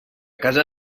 casa